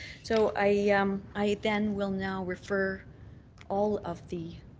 so i yeah um i then will now refer all of the